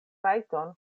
rajton